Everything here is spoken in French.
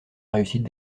réussite